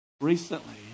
Recently